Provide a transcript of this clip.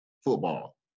football